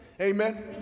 Amen